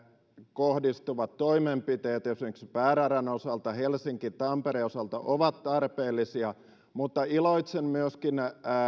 kohdistuvat toimenpiteet esimerkiksi pääradan osalta helsinki tampereen osalta ovat tarpeellisia mutta iloitsen myöskin